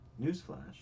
newsflash